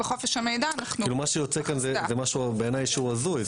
מה שיוצא כאן, זה בעיניי משהו הזוי.